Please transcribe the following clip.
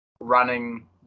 Running